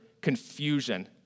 confusion